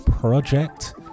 project